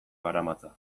garamatza